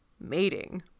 mating